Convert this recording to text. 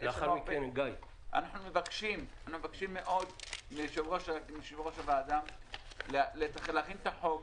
אנחנו מבקשים מאוד מיושב-ראש הוועדה להכין את החוק,